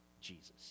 Jesus